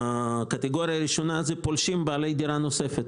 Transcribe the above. הקטגוריה הראשונה זה פולשים בעלי דירה נוספת.